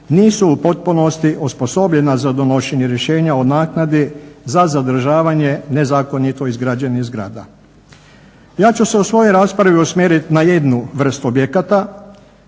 nisu u potpunosti osposobljena za donošenje rješenja o naknadi za zadržavanje nezakonito izgrađenih zgrada. Ja ću se u svojoj raspravi usmjeriti na jednu vrstu objekata